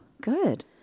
Good